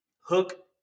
Hook